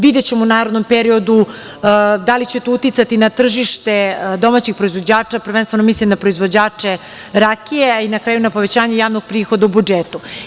Videćemo u narednom periodu da li će to uticati na tržište domaćih proizvođača, prvenstveno mislim na proizvođače rakije, i na kraju na povećanje javnog prihoda u budžetu.